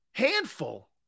handful